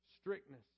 strictness